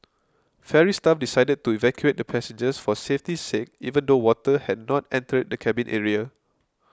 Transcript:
ferry staff decided to evacuate the passengers for safety's sake even though water had not entered the cabin area